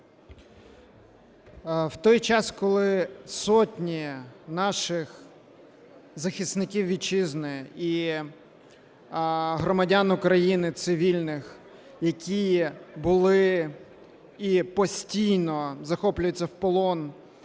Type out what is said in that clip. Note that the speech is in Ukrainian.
В той час, коли сотні наших захисників Вітчизни і громадян України цивільних, які були і постійно захоплюються в полон